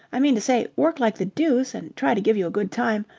i mean to say, work like the deuce and try to give you a good time.